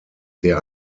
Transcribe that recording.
der